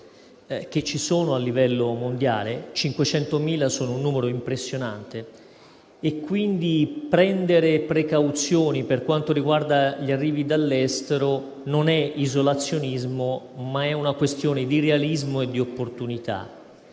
che ci sono a livello mondiale: 500.000 sono un numero impressionante. Prendere delle precauzioni per quanto riguarda gli arrivi dall'estero non è isolazionismo, ma è una questione di realismo e di opportunità.